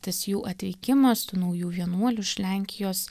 tas jų atvykimas tų naujų vienuolių iš lenkijos